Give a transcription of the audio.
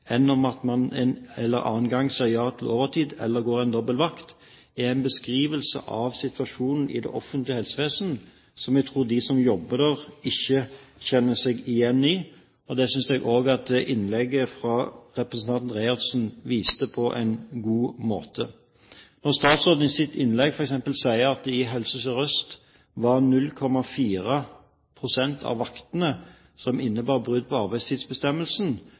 enn om man en eller annen gang sier ja til overtid eller å gå en dobbel vakt» – er en beskrivelse av situasjonen i det offentlige helsevesen som jeg tror de som jobber der, ikke kjenner seg igjen i. Og det synes jeg også innlegget til representanten Reiertsen viste på en god måte. Når statsråden i sitt innlegg f.eks. sier at det i Helse Sør-Øst var 0,4 pst. av vaktene som innebar brudd på